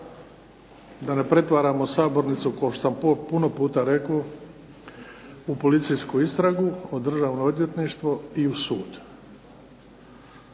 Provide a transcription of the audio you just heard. da ne pretvaramo sabornicu kao što sam puno puta rekao, u policijsku istragu, u državno odvjetništvo i u sud.